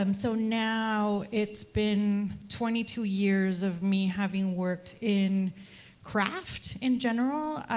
um so now it's been twenty two years of me having worked in craft in general,